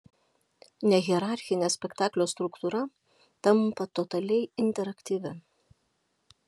nehierarchinė spektaklio struktūra tampa totaliai interaktyvi